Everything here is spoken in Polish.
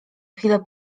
chwilę